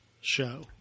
show